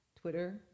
Twitter